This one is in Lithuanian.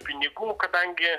pinigų kadangi